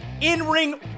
in-ring